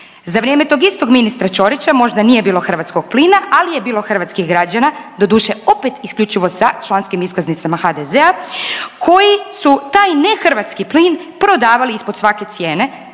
Za vrijeme tog istog ministra Ćorića možda nije bilo hrvatskog plina, ali je bilo hrvatskih građana doduše opet isključivo sa članskim iskaznicama HDZ-a koji su taj ne hrvatski plin prodavali ispod svake cijene,